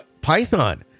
python